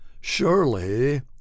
surely